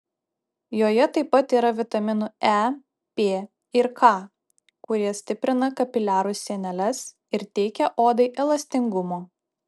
joje taip pat yra vitaminų e p ir k kurie stiprina kapiliarų sieneles ir teikia odai elastingumo